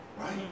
Right